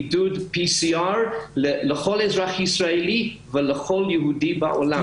בידוד ו-PCR לכל אזרח ישראלי ולכל יהודי בעולם.